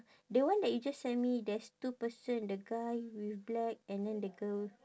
that one that you just sent me there's two person the guy with black and then the girl